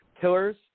killers